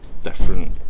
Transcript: different